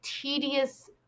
tedious